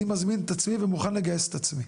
אני מזמין את עצמי ומוכן לגייס את עצמי.